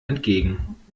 entgegen